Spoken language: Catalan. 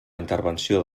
intervenció